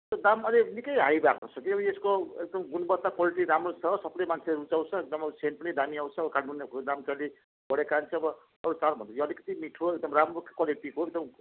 त्यो दाम अहिले निकै हाई भएको छ कि अब यसको एकदम गुणवत्ता क्वालिटी राम्रो छ सबले मान्छेले रुचाउँछ एकदम सेन्ट पनि दामी आउँछ दाम चाहिँ अलिक बढेको कारण चाहिँ अब अरू चामल भन्दा यो अलिकति मिठो एकदम राम्रो क्वालिटीको एकदम